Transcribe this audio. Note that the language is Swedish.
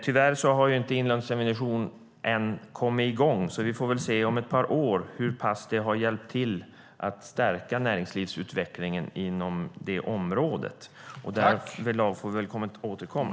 Tyvärr har Inlandsinnovation inte kommit i gång än, så vi får väl se om ett par år hur pass det har hjälpt till att stärka näringslivsutvecklingen inom det området. Därvidlag får vi väl återkomma.